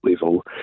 level